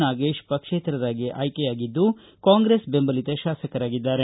ನಾಗೇಶ್ ಪಕ್ಷೇತರರಾಗಿ ಆಯ್ಕೆಯಾಗಿದ್ದು ಕಾಂಗ್ರೆಸ್ ಬೆಂಬಲಿತ ಶಾಸಕರಾಗಿದ್ದಾರೆ